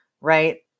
right